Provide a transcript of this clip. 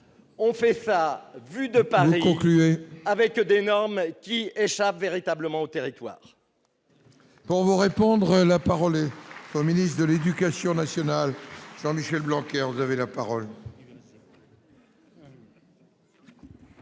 On fait ça vu de Paris, conclut avec des normes qui échappent véritablement au territoire.